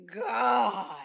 God